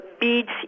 beats